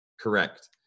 Correct